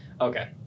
okay